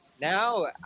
Now